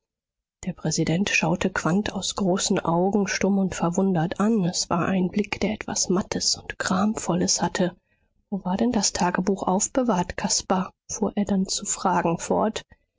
der präsident schaute quandt aus großen augen stumm und verwundert an es war ein blick der etwas mattes und gramvolles hatte wo war denn das tagebuch aufbewahrt caspar fuhr er dann zu fragen fort